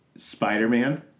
Spider-Man